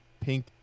pink